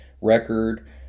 record